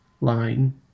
line